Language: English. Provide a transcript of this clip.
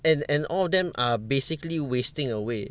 and and all of them are basically wasting away